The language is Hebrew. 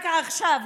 רק עכשיו,